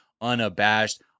unabashed